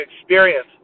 experience